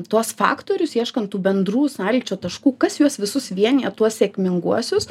tuos faktorius ieškant tų bendrų sąlyčio taškų kas juos visus vienija tuos sėkminguosius